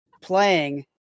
playing